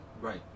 right